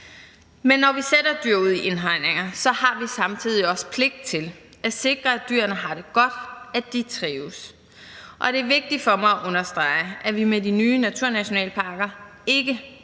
Men når vi sætter dyr ud i indhegninger, har vi samtidig også pligt til at sikre, at dyrene har det godt, og at de trives, og det er vigtigt for mig at understrege, at vi med de nye naturnationalparker ikke kommer